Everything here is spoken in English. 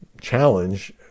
challenge